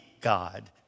God